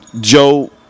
Joe